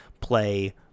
play